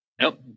Nope